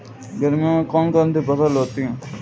गर्मियों में कौन कौन सी फसल होती है?